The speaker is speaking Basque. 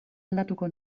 aldatuko